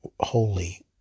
Holy